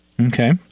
okay